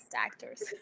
actors